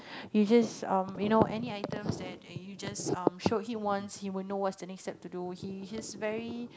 you just um you know any items that you just um showed him once he will know what's the next step to do he's very